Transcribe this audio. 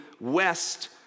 west